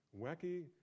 wacky